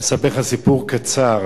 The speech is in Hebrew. אספר לך סיפור קצר: